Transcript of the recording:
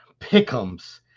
pickums